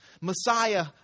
Messiah